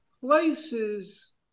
places